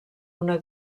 una